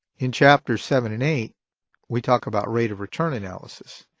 in chapter seven and eight we talk about rate of return analysis.